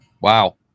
wow